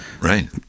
right